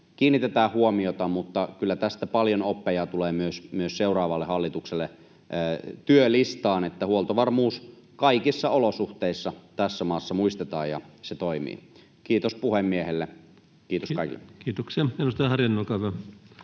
kiinnitetään huomiota, mutta kyllä tästä tulee myös seuraavalle hallitukselle työlistaan paljon oppeja, että huoltovarmuus kaikissa olosuhteissa tässä maassa muistetaan ja se toimii. — Kiitos puhemiehelle. Kiitos kaikille. Kiitoksia. — Edustaja Harjanne, edustaja